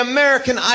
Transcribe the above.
American